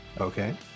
Okay